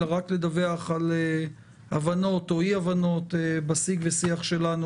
רק לדווח על הבנות או אי הבנות בשיג ושיח שלנו